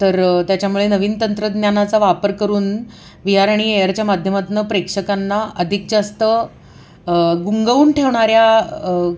तर त्याच्यामुळे नवीन तंत्रज्ञानाचा वापर करून बी आर आणि एअरच्या माध्यमातनं प्रेक्षकांना अधिक जास्त गुंगवून ठेवणाऱ्या